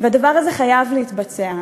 והדבר הזה חייב להתבצע.